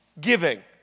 giving